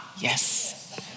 Yes